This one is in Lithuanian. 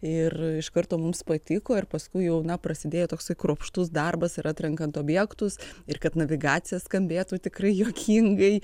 ir iš karto mums patiko ir paskui jau na prasidėjo toks kruopštus darbas ir atrenkant objektus ir kad navigacija skambėtų tikrai juokingai